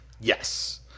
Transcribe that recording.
Yes